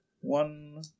One